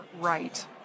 right